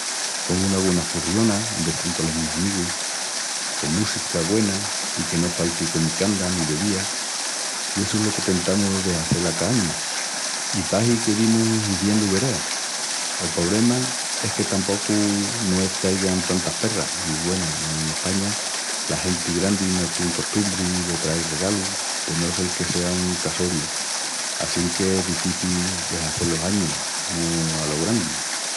Con una güena furriona ondi estén tolos mis amigus, con música güena i que no falti comicanda ni bebía. I essu es lo que tentamus de hazel a cá añu, i pahi que dimus hiziendu verea. El pobrema es que tapocu no es qu'aigan tantas perras i, güenu, en España la genti grandi no tien costumbri de trael regalus de no sel que sea un casoriu assinque es difici de hazel los añus mu alo grandi.